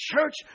church